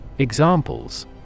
Examples